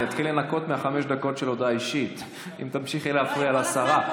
אני אתחיל לנכות מחמש הדקות של ההודעה האישית אם תמשיכי להפריע לשרה.